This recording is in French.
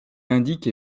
indique